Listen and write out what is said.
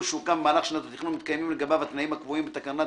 שהוקם במהלך שנת התכנון ומתקיימים לגביו התנאים הקבועים בתקנת